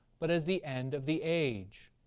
but as the end of the age.